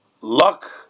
luck